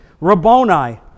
Rabboni